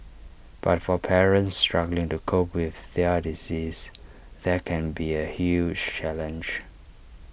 but for parents struggling to cope with their disease that can be A huge challenge